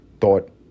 thought